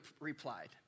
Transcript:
replied